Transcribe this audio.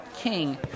King